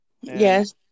Yes